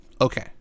okay